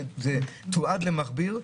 זה תועד למכביר,